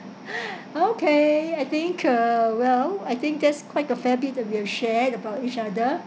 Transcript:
okay I think uh well I think that's quite a fair bit of your share about each other